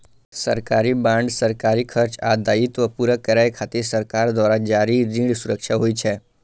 सरकारी बांड सरकारी खर्च आ दायित्व पूरा करै खातिर सरकार द्वारा जारी ऋण सुरक्षा होइ छै